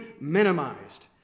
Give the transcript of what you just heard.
minimized